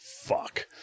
fuck